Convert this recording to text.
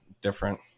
different